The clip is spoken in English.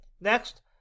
Next